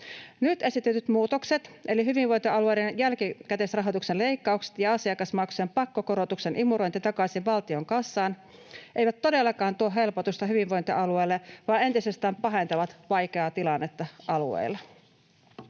Nyt esitetyt muutokset eli hyvinvointialueiden jälkikäteisrahoituksen leikkaukset ja asiakasmaksujen pakkokorotuksen imurointi takaisin valtion kassaan eivät todellakaan tuo helpotusta hyvinvointialueille, vaan entisestään pahentavat vaikeaa tilannetta alueilla.